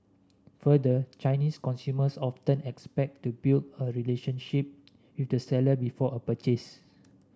further Chinese consumers often expect to build a relationship with the seller before a purchase